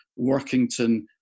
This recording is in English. Workington